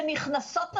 שנכנסות השנה,